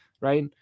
right